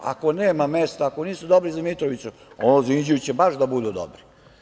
Ako nema mesta, ako nisu dobri za Mitrovicu, ono za Inđiju će baš da budu dobri.